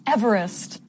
Everest